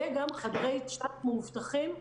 וגם חדרי צ'אט מאובטחים,